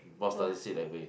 boss doesn't sit that way